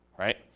Right